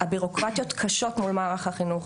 הבירוקרטיות קשות מול מערך החינוך,